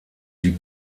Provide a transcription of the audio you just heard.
die